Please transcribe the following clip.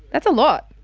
that's a lot.